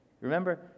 remember